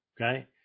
okay